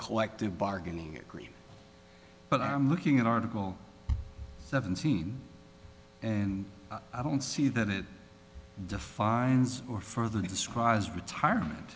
collective bargaining agree but i'm looking at article seventeen and i don't see that it defines or further describe as retirement